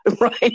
right